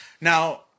Now